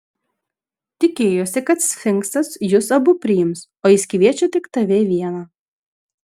tikėjosi kad sfinksas jus abu priims o jis kviečia tik tave vieną